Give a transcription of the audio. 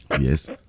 Yes